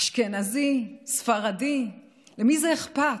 אשכנזי, ספרדי, למי זה אכפת?